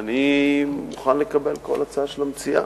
אני מוכן לקבל כל הצעה של המציעה.